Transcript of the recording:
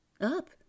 up